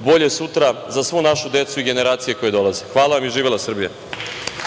bolje sutra za svu našu decu i generacije koje dolaze. Hvala vam i živela Srbija. **Stefan